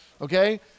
okay